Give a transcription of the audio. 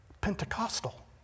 Pentecostal